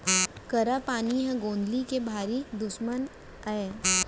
करा पानी ह गौंदली के भारी दुस्मन अय